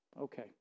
okay